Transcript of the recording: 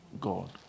God